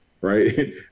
right